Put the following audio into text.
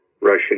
Russian